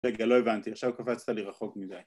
‫רגע, לא הבנתי, ‫עכשיו קפצת לי רחוק מדי.